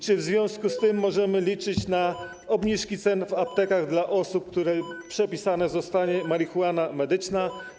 Czy w związku z tym możemy liczyć na obniżki cen w aptekach dla osób, którym przepisana zostanie marihuana medyczna?